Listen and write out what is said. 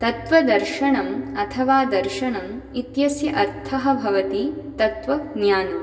तत्वदर्शनम् अथवा दर्शनम् इत्यस्य अर्थः भवति तत्वज्ञानम्